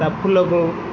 ତା'ଫୁଲକୁ